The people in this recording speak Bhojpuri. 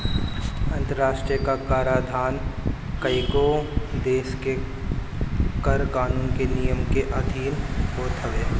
अंतरराष्ट्रीय कराधान कईगो देस के कर कानून के नियम के अधिन होत हवे